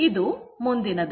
ಇದು ಮುಂದಿನದು